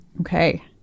Okay